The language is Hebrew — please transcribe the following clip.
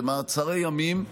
במעצרי ימים,